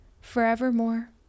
forevermore